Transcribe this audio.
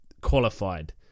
qualified